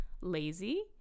lazy